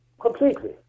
Completely